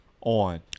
on